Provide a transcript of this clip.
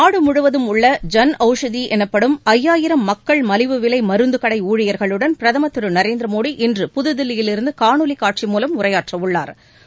நாடு முழுவதும் உள்ள ஜன் ஒளஷதி எனப்படும் ஐயாயிரம் மக்கள் மலிவுவிலை முந்து கடை ஊழியர்களுடன் பிரதம் திரு நரேந்திர மோடி இன்று புதுதில்லியிலிருந்து காணொலி காட்சி மூலம் உரையாற்ற உள்ளா்